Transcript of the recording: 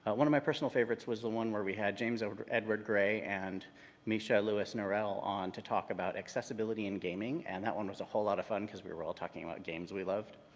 one of my personal favorites was the one where we had james edward edward gray and mischa lewis-norelle on to talk about accessibility in gaming and that one was a whole lot of fun because we were all talking about games we loved.